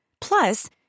Plus